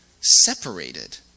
separated